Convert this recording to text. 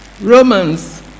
Romans